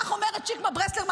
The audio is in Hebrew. כך אומרת שקמה ברסלר,